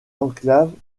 enclaves